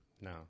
no